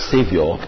Savior